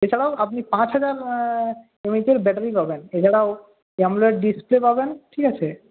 এছাড়াও আপনি পাঁচ হাজার এমএএইচের ব্যাটারি পাবেন এছাড়াও আমোলেড ডিসপ্লে পাবেন ঠিক আছে